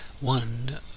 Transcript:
one